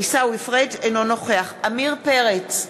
אינו נוכח עמיר פרץ,